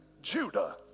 Judah